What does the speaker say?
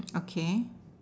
okay